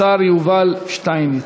השר יובל שטייניץ.